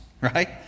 right